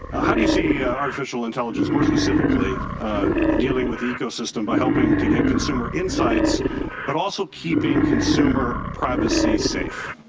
how do you see artificial intelligence more specifically dealing with ecosystem by helping to get consumer insights but also keeping consumer privacy safe.